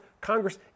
Congress